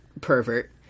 pervert